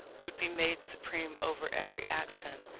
would be made supreme over every action,